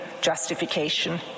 justification